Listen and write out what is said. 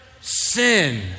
sin